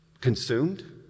consumed